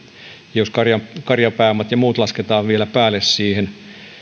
jos karjapääomat ja muut lasketaan pienelläkään määrällä siihen